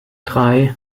drei